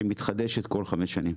שמתחדשת כל חמש שנים.